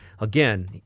Again